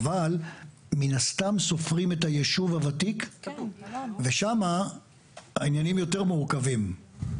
אבל מן הסתם סופרים את היישוב הוותיק ושם העניינים יותר מורכבים.